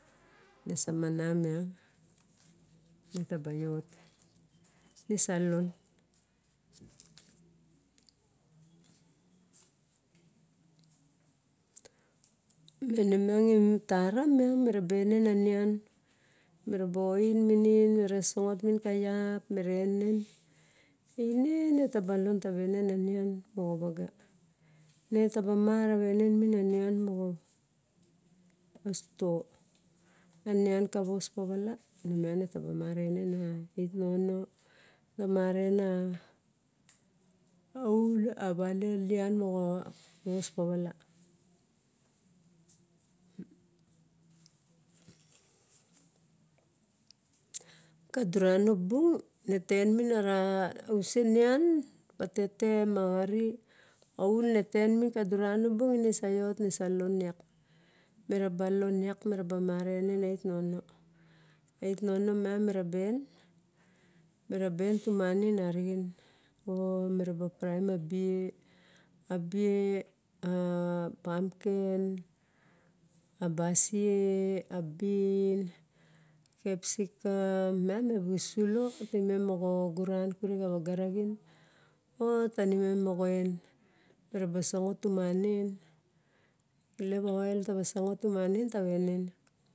Ne samana miang taba ne sa taba iot ne sa lon mai ne miang imet taram, mina ba enen anian me raba ong minin, mine sangot minin ka iap mina enen, ine netaba lon taveren a nian nian woxa waga. Etaba marava enen a nian moxo sulo, anian ka was pavala, remiang ne taba ma mavaenen a itnono <> laba maravaenen <> vos parain kaduranu bung netaen minin are usen nian patete ma xaris oun re taen minin, ka duranu bung resaeot ne sa lon iak me meraba ma rena en a itnono miang mirabaen tuman gain arixin o miraba prevem a bie, a bie a bie a pamken, a basien a bin kepoikem miang mibu sulo tanem moxogaren kuruma xa vaga nixm o tanimem moxain, miraba sangot tumangain elep oil tawa sangot tumangain.